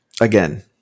again